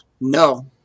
No